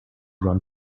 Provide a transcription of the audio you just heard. run